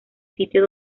sitio